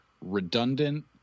redundant